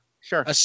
sure